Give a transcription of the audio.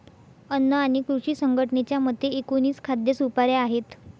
अन्न आणि कृषी संघटनेच्या मते, एकोणीस खाद्य सुपाऱ्या आहेत